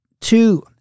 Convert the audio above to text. Two